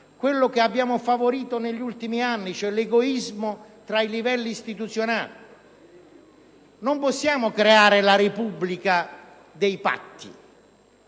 quello che abbiamo favorito negli ultimi anni, cioè l'egoismo tra i livelli istituzionali. Non possiamo creare la Repubblica dei patti